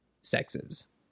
sexes